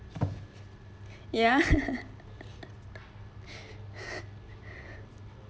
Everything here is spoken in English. ya